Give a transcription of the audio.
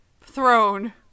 throne